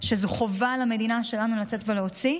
שזאת חובה על המדינה שלנו לצאת ולהוציא,